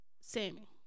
Sammy